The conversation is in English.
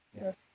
Yes